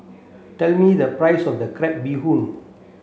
tell me the price of crab bee hoon